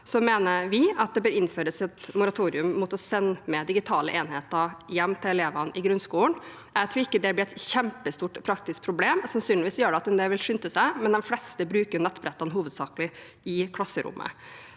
mener vi at det bør innføres et moratorium mot å sende med digitale enheter hjem til elevene i grunnskolen. Jeg tror ikke det blir et kjempestort praktisk problem – sannsynligvis gjør det at en del vil skynde seg – og de fleste bruker nettbrettene hovedsakelig i klasserommet.